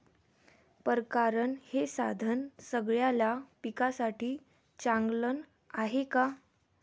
परकारं हे साधन सगळ्या पिकासाठी चांगलं हाये का?